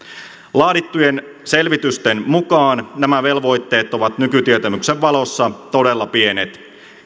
laadittujen selvitysten mukaan nämä velvoitteet ovat nykytietämyksen valossa todella pienet